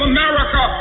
America